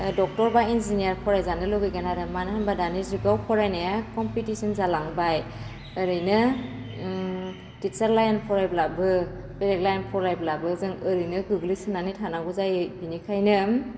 doctor बा engineer फरायजानो लुगैगोन आरो मानो होनोबा दानि जुगाव फरायनाया कम्पिटिसन जालांबाय ओरैनो टिसार लाइन फरायब्लाबो बेलेक लाइन फारायब्लाबो जों ओरैनो गोग्लैसोनानै थानांगौ जायो बेनिखायनो